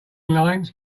lines